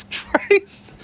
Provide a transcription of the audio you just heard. Christ